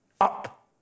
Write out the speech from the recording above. up